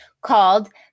called